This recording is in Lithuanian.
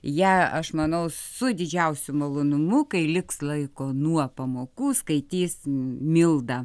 ją aš manau su didžiausiu malonumu kai liks laiko nuo pamokų skaitys milda